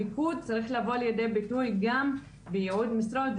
המיקוד צריך לבוא לידי ביטוי גם בייעוד משרות,